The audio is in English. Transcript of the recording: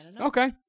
okay